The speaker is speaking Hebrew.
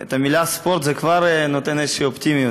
את המילה ספורט, זה כבר נותן איזו אופטימיות.